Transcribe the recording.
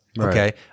okay